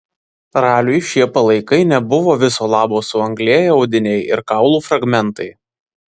raliui šie palaikai nebuvo viso labo suanglėję audiniai ir kaulų fragmentai